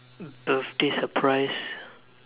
uh birthday surprise